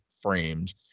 frames